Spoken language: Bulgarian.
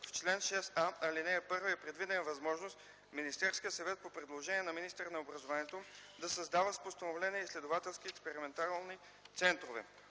В чл. 6а, ал. 1 е предвидена възможността Министерският съвет по предложение на министъра на образованието да създава с постановление изследователски експериментални центрове.